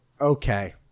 okay